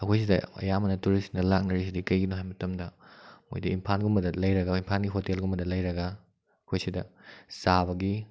ꯑꯩꯈꯣꯏ ꯁꯤꯗ ꯑꯌꯥꯝꯕꯅ ꯇꯨꯔꯤꯁꯅ ꯂꯥꯛꯅꯔꯤꯁꯤꯗꯤ ꯀꯩꯒꯤꯅꯣ ꯍꯥꯏꯕ ꯃꯇꯝꯗ ꯃꯣꯏꯗꯤ ꯏꯝꯐꯥꯜꯒꯨꯝꯕꯗ ꯂꯩꯔꯒ ꯏꯐꯥꯜꯒꯤ ꯍꯣꯇꯦꯜꯒꯨꯝꯕꯗ ꯂꯩꯔꯒ ꯑꯩꯈꯣꯏ ꯁꯤꯗ ꯆꯥꯕꯒꯤ